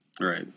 Right